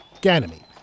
Ganymede